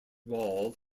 wall